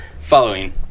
following